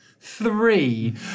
three